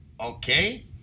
Okay